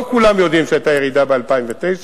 לא כולם יודעים שהיתה ירידה ב-2009,